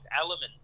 elements